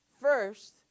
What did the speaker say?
first